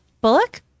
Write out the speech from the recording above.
Bullock